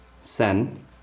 Sen